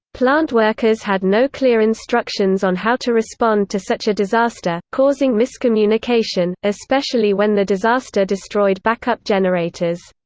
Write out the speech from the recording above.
plant workers had no clear instructions on how to respond to such a disaster, causing miscommunication, especially when the disaster destroyed backup generators.